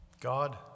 God